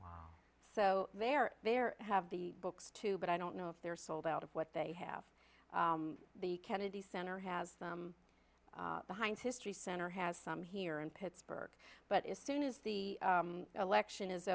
so they're there have the books too but i don't know if they're sold out of what they have the kennedy center has behind history center has some here in pittsburgh but as soon as the election is